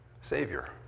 Savior